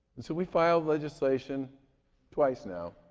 and so we filed legislation twice now